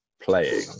playing